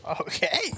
Okay